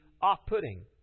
off-putting